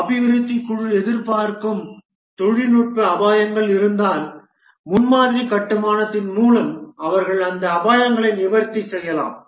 அபிவிருத்தி குழு எதிர்பார்க்கும் தொழில்நுட்ப அபாயங்கள் இருந்தால் முன்மாதிரி கட்டுமானத்தின் மூலம் அவர்கள் அந்த அபாயங்களை நிவர்த்தி செய்யலாம்